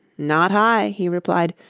not i he replied.